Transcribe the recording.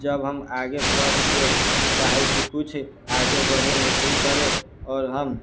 जब हम आगे पढ़य के चाहै छी कुछ आगे बढे नौकरी करे आओर हम